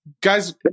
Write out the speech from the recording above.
Guys